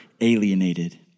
alienated